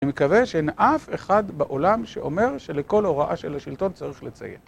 אני מקווה שאין אף אחד בעולם שאומר שלכל הוראה של השלטון צריך לציית.